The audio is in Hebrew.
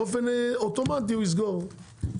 באופן אוטומטי הוא יסגור,